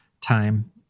time